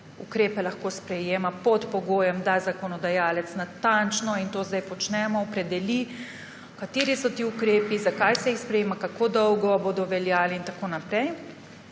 ukrepe lahko sprejema pod pogojem, da zakonodajalec natančno, in to zdaj počnemo, opredeli, kateri so ti ukrepi, zakaj se jih sprejema, kako dolgo bodo veljali in tako naprej,